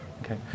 Okay